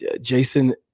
Jason